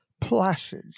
placid